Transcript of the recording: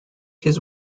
his